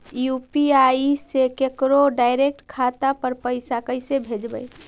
UPI से केकरो direct खाता पर पैसा कैसे भेजबै?